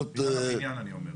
בעניין הבניין אני אומר.